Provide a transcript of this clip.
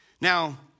Now